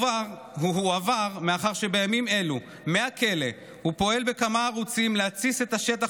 הוא הועבר מאחר שבימים אלו הוא פועל מהכלא בכמה ערוצים להתסיס את השטח